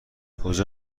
کجا